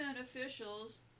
officials